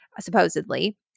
supposedly